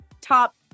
top